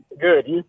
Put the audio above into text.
good